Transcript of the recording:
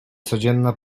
codzienna